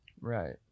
Right